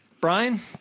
Brian